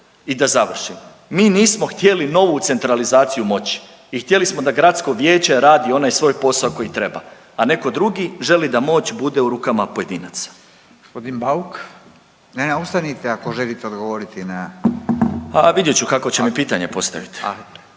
I da završim, mi nismo htjeli novu centralizaciju moći i htjeli smo da gradsko vijeće radi onaj svoj posao koji treba, a neko drugi želi da moć bude u rukama pojedinaca.